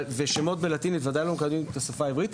ושמות בלטינית בוודאי לא מקדמים את השפה העברית,